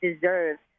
deserves